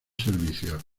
servicios